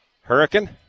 Hurricane